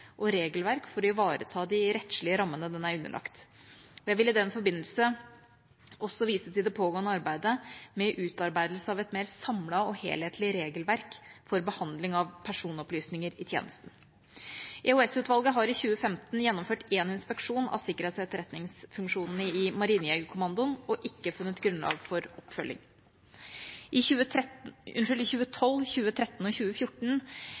og regelverk for å ivareta de rettslige rammene den er underlagt. Jeg vil i den forbindelse også vise til det pågående arbeidet med utarbeidelse av et mer samlet og helhetlig regelverk for behandling av personopplysninger i tjenesten. EOS-utvalget har i 2015 gjennomført en inspeksjon av sikkerhets- og etterretningsfunksjonene i Marinejegerkommandoen og ikke funnet grunnlag for oppfølging. I 2012, 2013